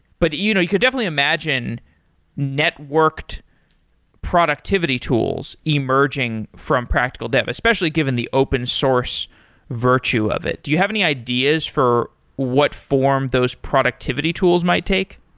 but you know you could definitely imagine networked productivity tools emerging from practical dev, especially given the open source virtue of it. do you have any ideas for what form those productivity tools might take?